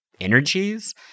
energies